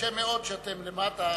קשה מאוד כשאתם למטה,